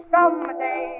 Someday